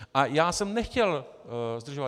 A já jsem nechtěl zdržovat.